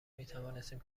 میتوانستیم